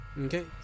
Okay